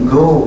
go